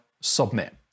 submit